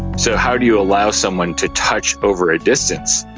so how do you allow someone to touch over a distance?